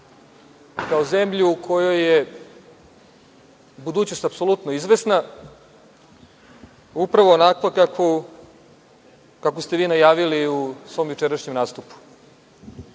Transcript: kao zemlju u kojoj je budućnost apsolutno izvesna, upravo onakva kako ste vi najavili u svom jučerašnjem nastupu. Meni